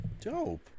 Dope